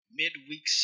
midweek